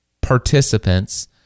participants